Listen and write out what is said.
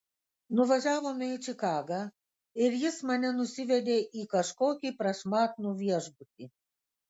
nuvažiavome į čikagą ir jis mane nusivedė į kažkokį prašmatnų viešbutį